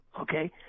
okay